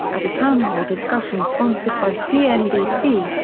at a townhall discussion sponsored by cnbc,